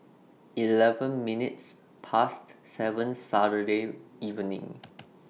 eleven minutes Past seven Saturday evening